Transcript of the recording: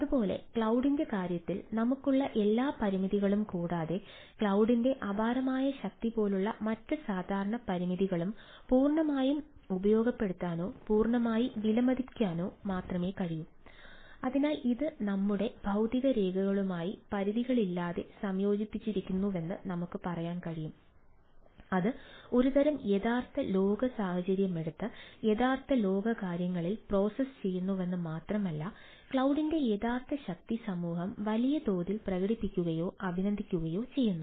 അതുപോലെ ക്ലൌഡിന്റെ ചെയ്യുന്നുവെന്ന് മാത്രമല്ല ക്ലൌഡിന്റെ യഥാർത്ഥ ശക്തി സമൂഹം വലിയ തോതിൽ പ്രകടിപ്പിക്കുകയോ അഭിനന്ദിക്കുകയോ ചെയ്യുന്നു